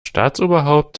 staatsoberhaupt